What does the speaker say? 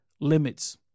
limits